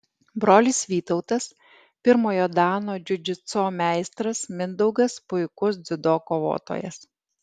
brolis vytautas pirmojo dano džiudžitso meistras mindaugas puikus dziudo kovotojas